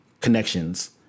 connections